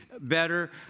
better